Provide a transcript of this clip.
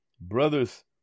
brothers